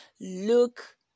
look